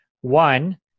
one